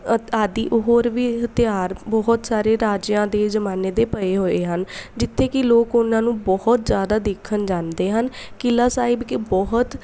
ਅ ਆਦਿ ਹੋਰ ਵੀ ਹਥਿਆਰ ਬਹੁਤ ਸਾਰੇ ਰਾਜਿਆਂ ਦੇ ਜ਼ਮਾਨੇ ਦੇ ਪਏ ਹੋਏ ਹਨ ਜਿੱਥੇ ਕਿ ਲੋਕ ਉਹਨਾਂ ਨੂੰ ਬਹੁਤ ਜ਼ਿਆਦਾ ਦੇਖਣ ਜਾਂਦੇ ਹਨ ਕਿਲ੍ਹਾ ਸਾਹਿਬ ਕੇ ਬਹੁਤ